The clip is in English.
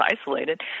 isolated